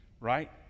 right